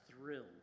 thrilled